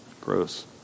Gross